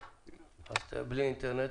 גם בלי אינטרנט,